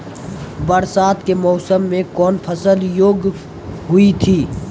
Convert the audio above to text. बरसात के मौसम मे कौन फसल योग्य हुई थी?